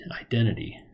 identity